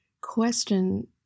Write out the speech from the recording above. question